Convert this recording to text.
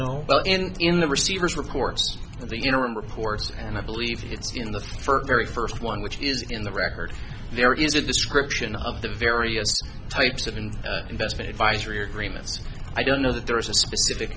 know in the receiver's reports the interim reports and i believe it's in the first very first one which is in the record there is a description of the various types of an investment advisory agreement so i don't know that there is a specific